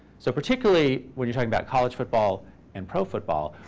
so particularly when you're talking about college football and pro football,